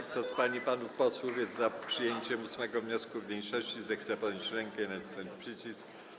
Kto z pań i panów posłów jest za przyjęciem 8. wniosku mniejszości, zechce podnieść rękę i nacisnąć przycisk.